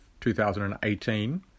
2018